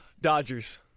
Dodgers